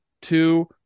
Two